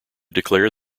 declared